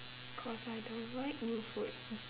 cause I don't like new food